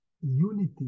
unity